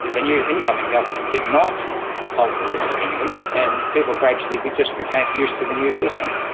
the new incoming government did not hold a referendum, and people gradually but just became used to the new system.